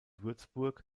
würzburg